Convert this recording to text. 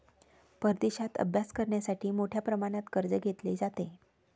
परदेशात अभ्यास करण्यासाठी मोठ्या प्रमाणात कर्ज घेतले जाते